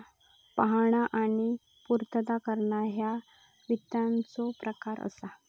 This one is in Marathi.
पाहणा आणि पूर्तता करणा ह्या वित्ताचो प्रकार असा